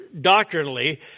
doctrinally